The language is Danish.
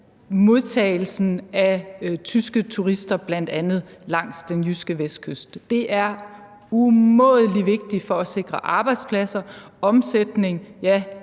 modtagelsen af bl.a. tyske turister langs den jyske vestkyst. Det er umådelig vigtigt for at sikre arbejdspladser, omsætning og,